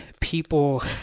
people